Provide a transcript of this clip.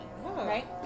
right